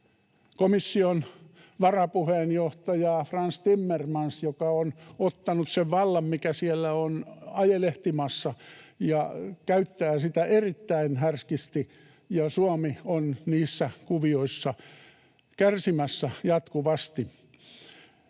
komission varapuheenjohtaja Frans Timmermans, joka on ottanut sen vallan, mikä siellä on ajelehtimassa, ja käyttää sitä erittäin härskisti, ja Suomi on niissä kuvioissa kärsimässä jatkuvasti.